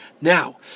Now